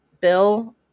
bill